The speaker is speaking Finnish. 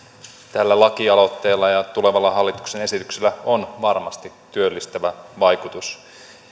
tällä lakialoitteella ja tulevalla hallituksen esityksellä on varmasti työllistävä vaikutus